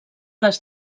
les